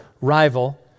rival